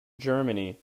germany